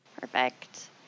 Perfect